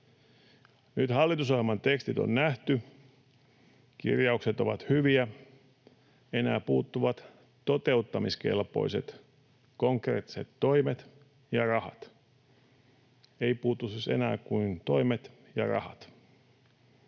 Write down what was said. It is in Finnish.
Nyt hallitusohjelman tekstit on nähty. Kirjaukset ovat hyviä, enää puuttuvat toteuttamiskelpoiset konkreettiset toimet ja rahat. Ei puutu siis enää kuin toimet ja rahat.